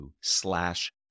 slash